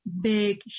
big